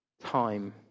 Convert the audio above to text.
time